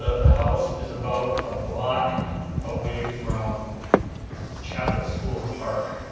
the house is about a block away from chappell school park,